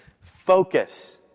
Focus